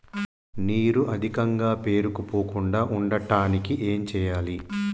నీరు అధికంగా పేరుకుపోకుండా ఉండటానికి ఏం చేయాలి?